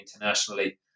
internationally